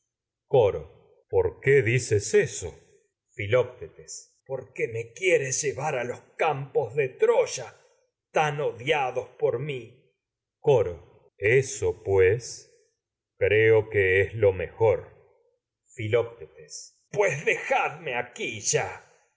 coro por qué dices eso filoctetes de porque me quieres llevar a los campos troya tan odiados por mi que es coro eso pues creo lo mejor filoctetes coro pues dejadme aquí ya